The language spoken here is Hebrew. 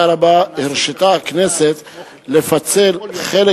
בשל מורכבותה הרבה הרשתה הכנסת לפצל חלק